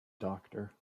doctor